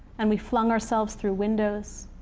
and we flung ourselves through windows,